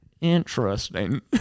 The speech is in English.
interesting